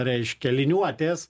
reiškia liniuotės